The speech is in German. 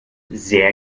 sehr